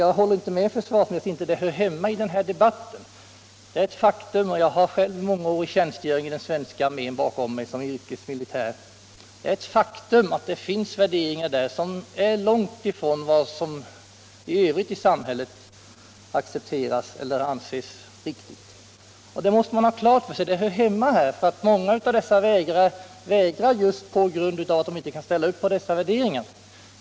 Jag håller inte med försvarsministern om att detta inte hör hemma i den här debatten. Det är ett faktum — jag har själv mångårig tjänstgöring som yrkesmilitär i den svenska armén bakom mig — att inom det militära finns värderingar som ligger långt ifrån vad som accepteras eller anses riktigt i samhället i övrigt. Man måste ha klart för sig att det hör hemma i den här debatten. Många av dem som vägrar gör det just för att de inte kan ställa upp på dessa värderingar.